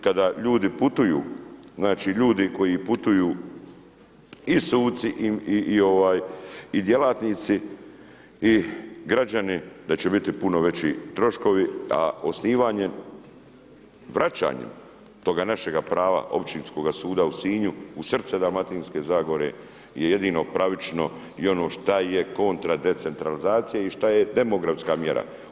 Kada ljudi putuju, znači ljudi koji putuju, i suci i djelatnici i građani da će biti puno veći troškovi a osnivanjem, vraćanjem toga našeg prava Općinskoga suda u Sinju, u srce Dalmatinske zagore je jedino pravično i ono šta je kontra decentralizacije i šta je demografska mjera.